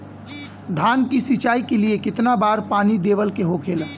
धान की सिंचाई के लिए कितना बार पानी देवल के होखेला?